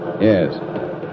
Yes